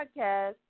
podcast